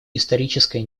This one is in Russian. историческая